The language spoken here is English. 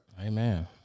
Amen